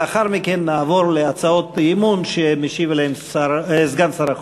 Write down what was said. לאחר מכן נעבור להצעות אי-אמון שמשיב עליהן סגן שר החוץ.